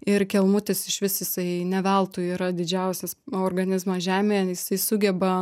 ir kelmutis išvis jisai ne veltui yra didžiausias organizmas žemėje jisai sugeba